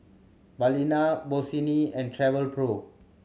Balina Bossini and Travelpro